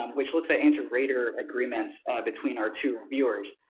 um which looks at integrator agreements between our two viewers.